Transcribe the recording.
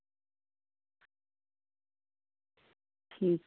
ठीक